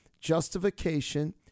justification